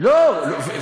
גם לא ברציפות.